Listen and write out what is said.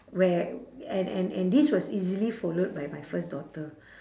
where and and and this was easily followed by my first daughter